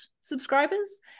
subscribers